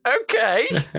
okay